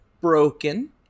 broken